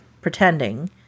pretending